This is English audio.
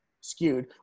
skewed